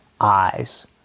eyes